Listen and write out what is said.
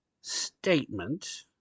statement